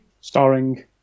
starring